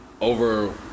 over